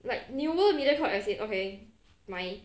like newer mediacorp as in okay my